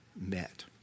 met